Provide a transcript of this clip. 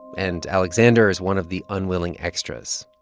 and alexander is one of the unwilling extras.